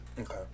okay